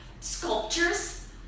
Sculptures